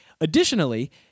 Additionally